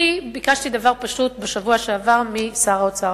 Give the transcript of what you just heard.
אני ביקשתי דבר פשוט בשבוע שעבר משר האוצר,